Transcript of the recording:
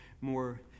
more